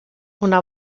una